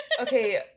Okay